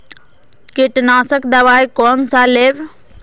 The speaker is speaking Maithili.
कीट नाशक दवाई कोन सा लेब?